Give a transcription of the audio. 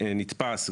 נתפס,